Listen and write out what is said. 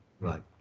Right